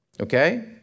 Okay